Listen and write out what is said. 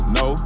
no